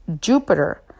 Jupiter